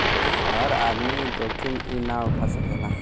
हर आदमी जोखिम ई ना उठा सकेला